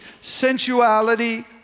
sensuality